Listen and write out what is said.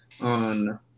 on –